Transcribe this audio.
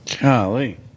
Golly